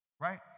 Right